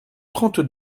trente